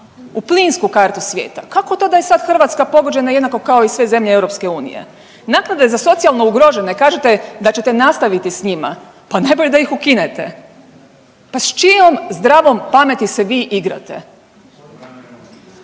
u plinsku kartu svijeta? Kako to da je sad Hrvatska pogođena jednako kao i sve zemlje EU? Naknade za socijalno ugrožene, kažete da ćete nastaviti s njima. Pa najbolje da ih ukinete. Pa s čijom zdravom pameti se vi igrate? Premijeru